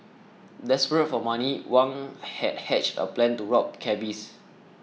desperate for money Wang had hatched a plan to rob cabbies